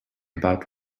about